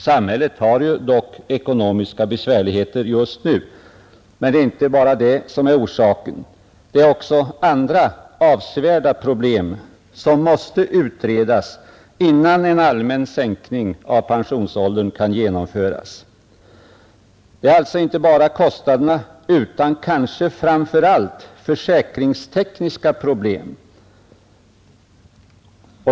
Samhället har ju dock ekonomiska besvärligheter just nu. Men det är inte bara det som är orsaken. Det är också andra avsevärda problem som måste utredas innan en allmän sänkning av pensionsåldern kan genomföras. Det gäller alltså inte bara kostnaderna utan kanske framför allt försäkringstekniska problem.